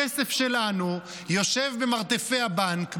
כסף שלנו יושב במרתפי הבנק,